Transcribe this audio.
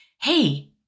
hey